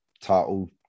title